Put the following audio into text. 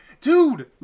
dude